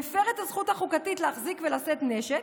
מפר את הזכות החוקתית להחזיק ולשאת נשק,